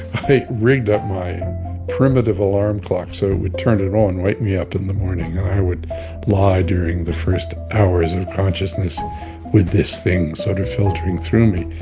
i rigged up my primitive alarm clock so it would turn it on and wake me up in the morning. and i would lie during the first hours of consciousness with this thing sort of filtering through me.